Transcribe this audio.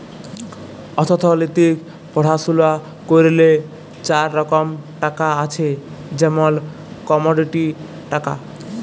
অথ্থলিতিক পড়াশুলা ক্যইরলে চার রকম টাকা আছে যেমল কমডিটি টাকা